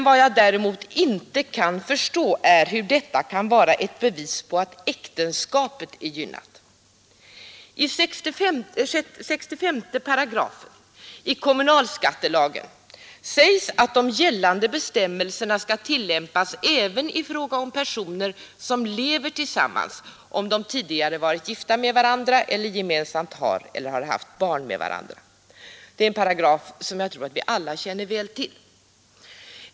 Vad jag däremot inte kan förstå är hur detta kan vara ett bevis på att äktenskapet är gynnat. I 65 § kommunalskattelagen sägs att de gällande bestämmelserna skall tillämpas även i fråga om personer som lever tillsammans, om de tidigare varit gifta med varandra eller har eller har haft barn med varandra. Det är en paragraf som jag tror att vi alla känner väl till.